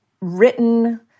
written